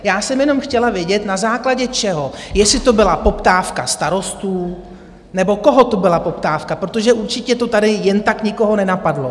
Já jsem jenom chtěla vědět, na základě čeho, jestli to byla poptávka starostů nebo koho to byla poptávka, protože určitě to tady jen tak nikoho nenapadlo.